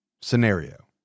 scenario